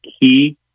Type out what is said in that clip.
key